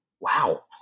Wow